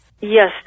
Yes